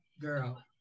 girl